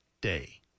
day